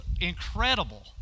incredible